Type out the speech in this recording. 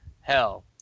hell